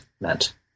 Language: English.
meant